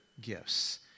gifts